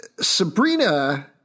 Sabrina